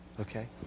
Okay